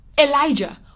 Elijah